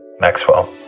Maxwell